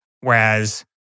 Whereas